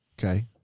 Okay